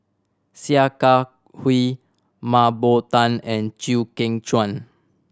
Sia Kah Hui Mah Bow Tan and Chew Kheng Chuan